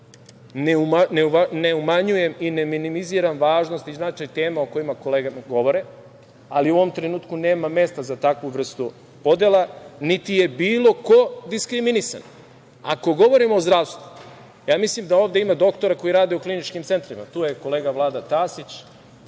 Ne umanjujem i ne minimiziram važnost i značaj tema o kojima kolege govore, ali u ovom trenutku nema mesta za takvu vrstu podela, niti je bilo ko diskriminisan. Ako govorimo o zdravstvu, ja mislim da ovde ima doktora koji rade u kliničkim centrima. Tu je kolega Vlada Tasić.